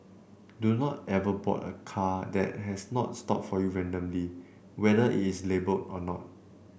do not ever board a car that has not stop for you randomly whether it's labelled or not